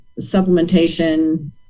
supplementation